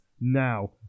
now